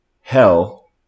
hell